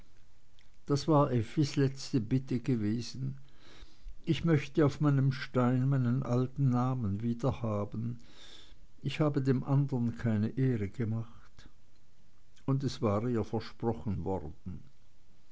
das war effis letzte bitte gewesen ich möchte auf meinem stein meinen alten namen wiederhaben ich habe dem andern keine ehre gemacht und es war ihr versprochen worden